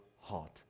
heart